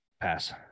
Pass